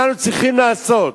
אנחנו צריכים לעשות.